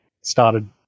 started